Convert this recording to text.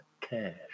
cash